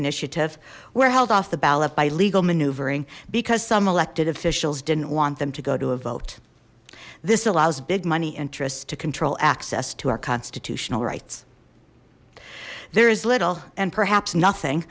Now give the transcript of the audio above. initiative were held off the ballot by legal maneuvering because some elected officials didn't want them to go to a vote this allows big money interests to control access to our constitutional rights there is little and perhaps nothing